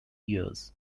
years